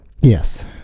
Yes